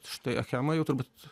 štai achema jau turbūt